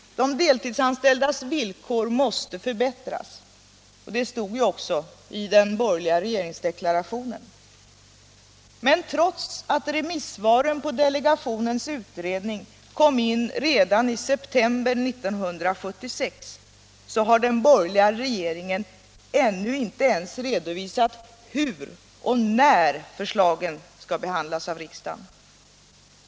De deltidsanställdas villkor måste förbättras — det stod ju också i den borgerliga regeringsdeklarationen. Men trots att remissvaren på delegationens utredning kom in redan i september 1976 har den borgerliga regeringen ännu inte ens redovisat hur och när förslagen skall behandlas av riksdagen.